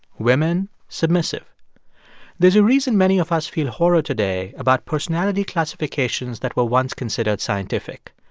women submissive there's a reason many of us feel horror today about personality classifications that were once considered scientific.